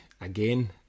again